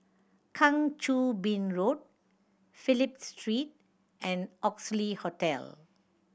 Kang Choo Bin Road Phillip Street and Oxley Hotel